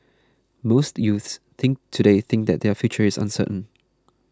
most youths think today think that their future is uncertain